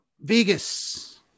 Vegas